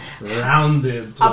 Rounded